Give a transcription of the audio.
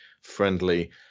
friendly